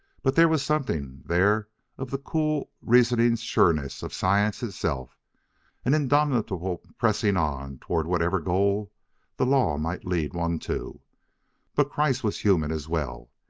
but there was something there of the cool, reasoning sureness of science itself an indomitable pressing on toward whatever goal the law might lead one to but kreiss was human as well.